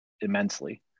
immensely